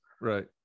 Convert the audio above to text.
Right